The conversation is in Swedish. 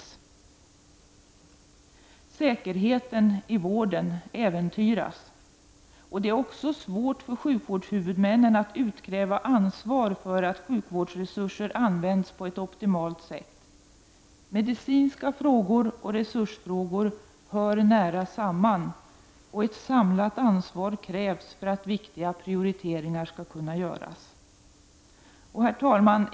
Säkerheten i vården äventyras. Det är också svårt för sjukvårdshuvudmännen att utkräva ansvar för att sjukvårdsresurser används på ett optimalt sätt. Medicinska frågor och resursfrågor hör nära samman. Ett samlat ansvar krävs för att viktiga prioriteringar skall kunna göras. Herr talman!